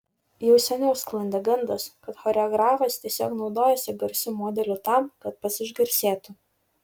jau seniau sklandė gandas kad choreografas tiesiog naudojasi garsiu modeliu tam kad pats išgarsėtų